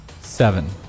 Seven